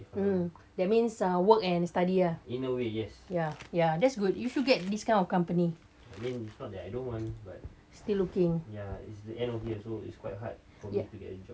mm that means err work and study ah ya ya that's good you should get this kind of company still looking ya